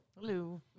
Hello